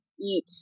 eat